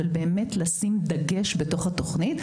אבל באמת לשים דגש בתוך התוכנית.